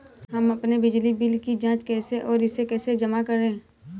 हम अपने बिजली बिल की जाँच कैसे और इसे कैसे जमा करें?